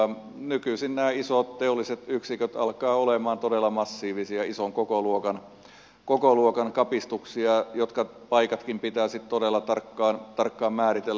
nykyisin nämä isot teolliset yksiköt alkavat olemaan todella massiivisia ison kokoluokan kapistuksia joiden paikatkin pitää sitten todella tarkkaan määritellä